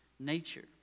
Nature